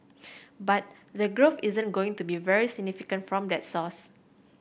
but the growth isn't going to be very significant from that source